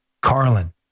Carlin